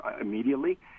immediately